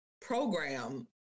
program